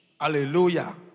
hallelujah